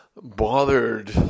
bothered